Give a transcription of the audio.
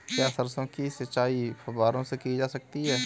क्या सरसों की सिंचाई फुब्बारों से की जा सकती है?